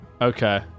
Okay